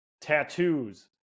tattoos